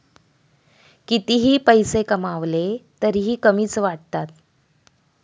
कितीही पैसे कमावले तरीही कमीच वाटतात